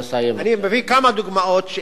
אני מביא כמה דוגמאות, שאפשר,